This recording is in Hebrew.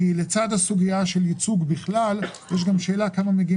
כי לצד הסוגיה של ייצוג בכלל יש גם שאלה כמה מגיעים